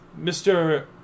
Mr